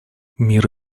мир